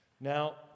Now